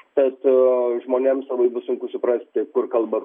tad žmonėms labai bus sunku suprasti kur kalba